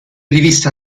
riviste